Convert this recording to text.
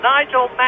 Nigel